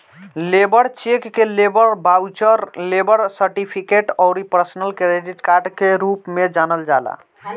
labour cheque के labour voucher, labour certificate अउरी personal credit के रूप में जानल जाला